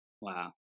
Wow